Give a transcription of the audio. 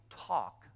talk